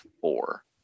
four